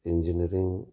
engineering